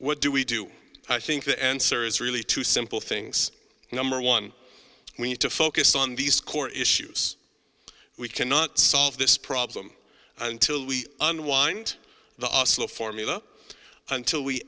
what do we do i think the answer is really two simple things number one we need to focus on these core issues we cannot solve this problem until we unwind the formula until we